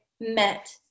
met